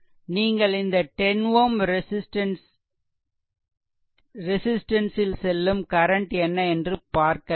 நீங்கள் இந்த 10 Ω ரெசிஸ்ட்டன்ஸ்ல் செல்லும் கரண்ட் என்ன என்று பார்க்க வேண்டும்